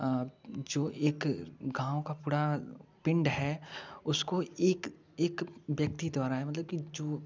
जो एक गांव का पूरा एक पिंड है उसको एक एक व्यक्ति द्वारा मतलब की जो कुछ